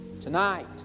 Tonight